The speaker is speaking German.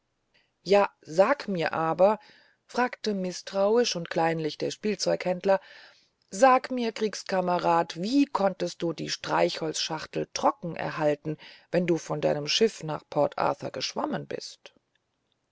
ja sag mir aber fragte mißtrauisch und kleinlich der spielzeughändler sag mir kriegskamerad wie konntest du die streichholzschachtel trocken erhalten als du von deinem schiff nach port arthur geschwommen bist